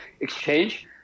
exchange